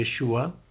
Yeshua